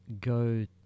go